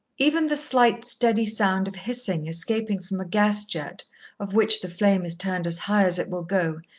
even the slight, steady sound of hissing escaping from a gas jet of which the flame is turned as high as it will go,